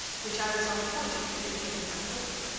which i was on the point of communicating by paper.